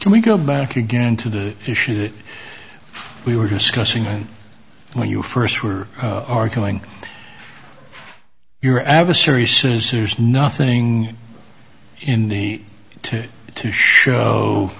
so we go back again to the issue that we were discussing when you first were arguing your adversary scissors nothing in the two to show